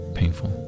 painful